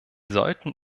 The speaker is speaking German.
sollten